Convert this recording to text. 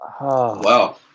Wow